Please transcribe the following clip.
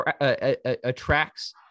attracts